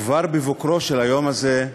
כבר בבוקרו של היום הזה,